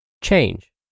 change